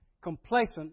complacent